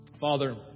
Father